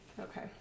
okay